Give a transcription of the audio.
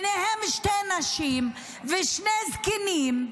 בהם שתי נשים ושני זקנים,